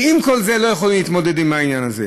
ועם כל זה לא יכולים להתמודד עם העניין הזה.